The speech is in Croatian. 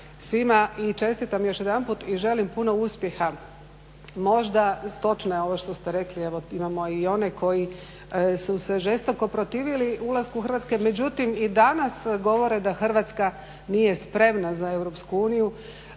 svima i čestitam još jedanput i želim puno uspjeha, možda točno je ovo što ste rekli, evo imamo i one koji su se žestoko protivili ulasku Hrvatske, međutim i danas govore da Hrvatska nije spremna za